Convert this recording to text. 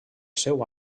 seu